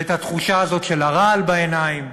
ואת התחושה הזאת של הרעל בעיניים.